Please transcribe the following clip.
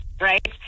right